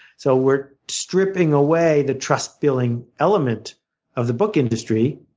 so we're stripping away the trust building element of the book industry.